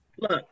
Look